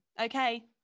Okay